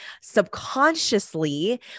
subconsciously